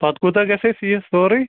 پَتہٕ کوٗتاہ گژھِ اسہِ یہ سوٗرُے